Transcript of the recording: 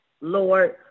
Lord